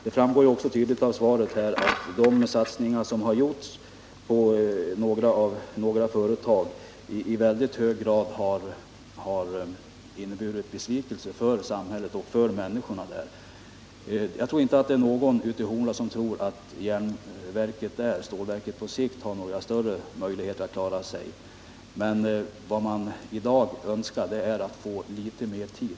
Det framgår också tydligt av svaret att de satsningar som gjorts på några företag i mycket hög grad har inneburit besvikelser för samhället och människorna där. Jag tror inte att någon i Horndal har den uppfattningen att stålverket på sikt har några större möjligheter att klara sig. Vad man i dag önskar är litet mer tid.